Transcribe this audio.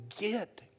get